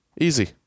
Easy